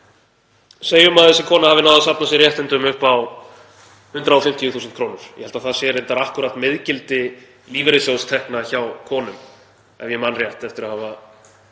Segjum að þessi kona hafi náð að safna sér réttindum upp á 150.000 kr. Ég held að það sé reyndar akkúrat miðgildi lífeyrissjóðstekna hjá konum, ef ég man rétt, eftir að hafa